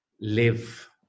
live